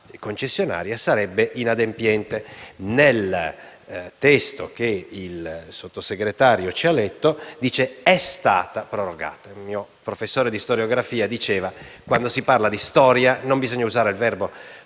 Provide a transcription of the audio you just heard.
concessionaria sarebbe inadempiente. Nel testo che il Sottosegretario ci ha letto egli dice «è stata prorogata». Il mio professore di storiografia diceva che quando si parla di storia non bisogna usare il verbo